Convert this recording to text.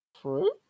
True